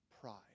pride